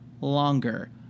longer